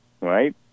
right